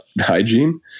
hygiene